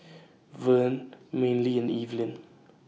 Verne Manley and Evelin